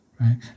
Right